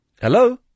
Hello